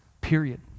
Period